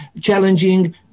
challenging